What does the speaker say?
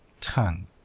Tongue